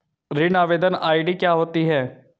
ऋण आवेदन आई.डी क्या होती है?